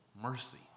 mercy